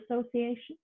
association